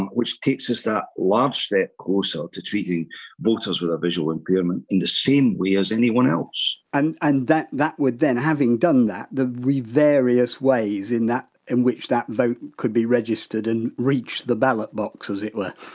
and which takes us to that large step also to treating voters with a visual impairment in the same way as anyone else. and and that that would then having done that, they'd be various ways in that in which that vote could be registered and reach the ballot box as it were!